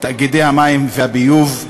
תאגידי מים וביוב.